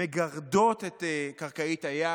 מגרדות את קרקעית הים.